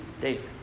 David